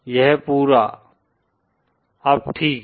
यह पूरा अब ठीक है